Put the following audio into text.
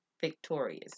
victorious